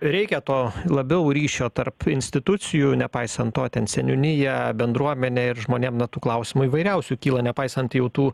reikia to labiau ryšio tarp institucijų nepaisant to ten seniūnija bendruomenė ir žmonėm na tų klausimų įvairiausių kyla nepaisant jau tų